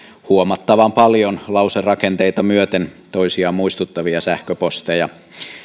huomattavan paljon lauserakenteita myöten toisiaan muistuttavia sähköposteja